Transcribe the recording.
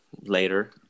later